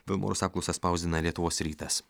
vilmorus apklausą spausdina lietuvos rytas